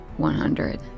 100